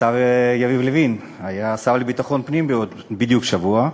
השר יריב לוין היה השר לביטחון פנים בדיוק שבוע,